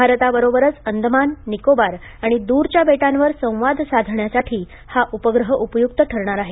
भारताबरोबरच अंदमान निकोबार आणि द्रच्या बेटांवर संवाद साधण्यासाठी हा उपग्रह उपयुक्त ठरणार आहे